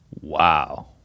Wow